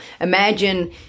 imagine